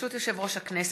ברשות יושב-ראש הכנסת,